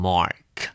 Mark